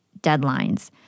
deadlines